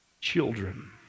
children